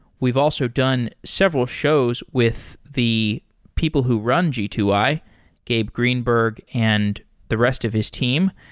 we've also done several shows with the people who run g two i, gabe greenberg, and the rest of his team.